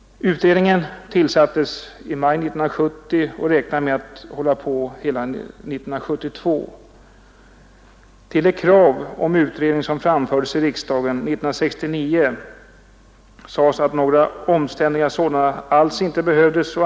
Utredningen tillsattes i maj 1970 och räknar med att hålla på hela 1972. Beträffande de krav om utredning som framfördes i riksdagen 1969 sades det att några omständliga utredningar alls inte behövdes.